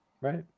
Right